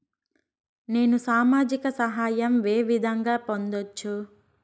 నేను సామాజిక సహాయం వే విధంగా పొందొచ్చు?